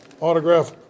autograph